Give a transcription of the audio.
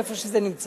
במקום שזה נמצא,